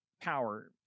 power